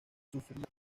sufría